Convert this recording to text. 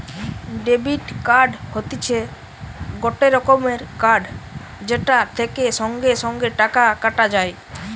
debit card হতিছে গটে রকমের কার্ড যেটা থেকে সঙ্গে সঙ্গে টাকা কাটা যায়